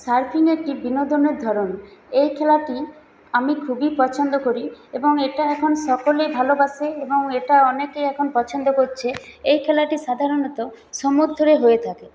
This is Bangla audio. সার্ফিং একটি বিনোদনের ধরণ এই খেলাটি আমি খুবই পছন্দ করি এবং এটা এখন সকলে ভালোবাসে এবং এটা অনেকে এখন পছন্দ করছে এই খেলাটি সাধারণত সমুদ্রে হয়ে থাকে